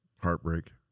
heartbreak